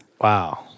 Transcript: Wow